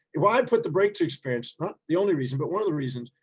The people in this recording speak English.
why i put the breakthrough experience, not the only reason, but one of the reasons,